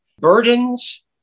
Burdens